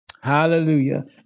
Hallelujah